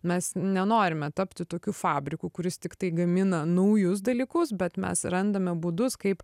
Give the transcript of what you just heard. mes nenorime tapti tokiu fabriku kuris tiktai gamina naujus dalykus bet mes ir randame būdus kaip